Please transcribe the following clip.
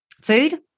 Food